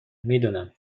میدونم